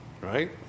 right